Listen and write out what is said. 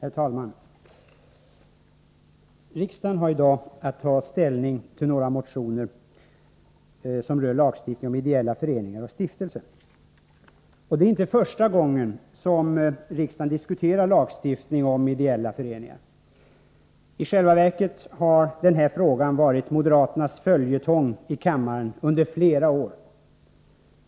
Herr talman! Riksdagen har i dag att ta ställning till några motioner som rör lagstiftning om ideella föreningar och stiftelser. Det är inte första gången riksdagen diskuterar lagstiftning om ideella föreningar. I själva verket har denna fråga varit en moderaternas följetong i kammaren under flera år.